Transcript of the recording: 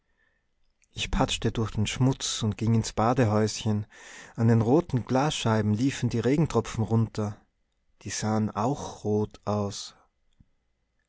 ich patschte durch den schmutz und ging ins badehäuschen an den roten glasscheiben liefen die regentropfen runter die sahen auch rot aus